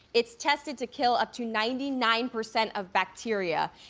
it's tested to kill up to ninety nine percent of bacteria.